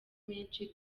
menshi